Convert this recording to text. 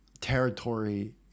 territory